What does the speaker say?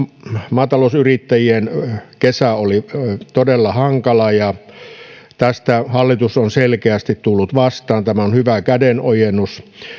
maatalousyrittäjien kesä oli todella hankala tässä hallitus on selkeästi tullut vastaan tämä on hyvä kädenojennus